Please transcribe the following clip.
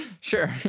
Sure